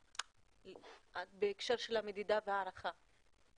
בהקשר של המדידה וההערכה?